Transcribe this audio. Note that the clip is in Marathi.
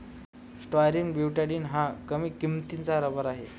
स्टायरीन ब्यूटाडीन हा कमी किंमतीचा रबर आहे